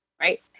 Right